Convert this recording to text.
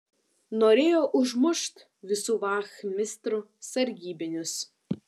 norėjo užmušt visų vachmistrų sargybinius